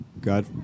God